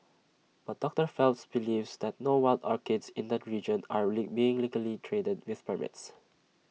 but doctor Phelps believes that no wild orchids in the region are being legally traded with permits